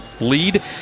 lead